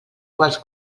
quals